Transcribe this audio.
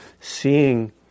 seeing